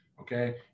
Okay